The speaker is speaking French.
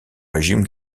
régime